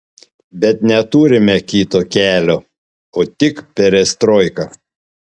bet neturime kito kelio o tik perestroiką